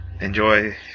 Enjoy